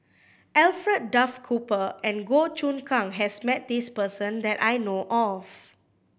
Alfred Duff Cooper and Goh Choon Kang has met this person that I know of